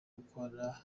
gukora